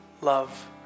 love